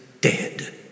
dead